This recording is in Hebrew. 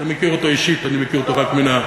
אתה מכיר אותו אישית, אני מכיר אותו, לא לא,